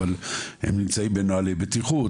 אבל הם נמצאים בנוהלי בטיחות,